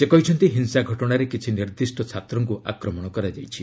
ସେ କହିଛନ୍ତି ହିଂସା ଘଟଣାରେ କିଛି ନିର୍ଦ୍ଦିଷ୍ଟ ଛାତ୍ରଙ୍କୁ ଆକ୍ରମଣ କରାଯାଇଛି